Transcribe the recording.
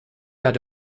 add